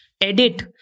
Edit